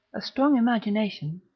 a strong imagination,